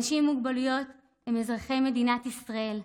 אנשים עם מוגבלויות הם אזרחי מדינת ישראל,